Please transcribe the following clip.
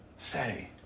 say